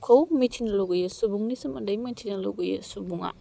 मिथिनो लुगैयो सुबुंनि सोमोन्दै मिथिनो लुगैयो सुबुङा